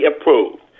approved